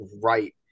right